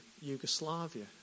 Yugoslavia